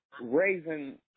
raising